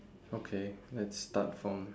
okay let's start from